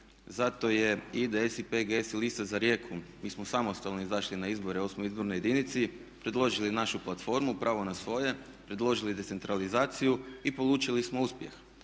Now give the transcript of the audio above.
zato jer IDS i PGS i lista za Rijeku, mi smo samostalno izašli na izbore u osmoj izbornoj jedinici, predložili našu platformu, pravo na svoje, predložili decentralizaciju i polučili smo uspjeh.